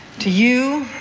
to you,